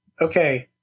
okay